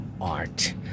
art